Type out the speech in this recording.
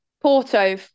Porto